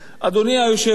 אדוני היושב-ראש,